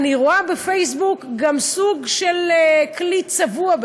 אני רואה בפייסבוק סוג של כלי צבוע,